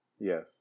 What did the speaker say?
Yes